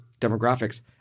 demographics